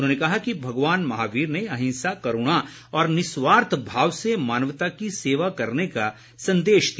उन्होंने कहा कि भगवान महावीर ने अहिंसा करूणा और निस्वार्थ भाव से मानवता की सेवा करने का संदेश दिया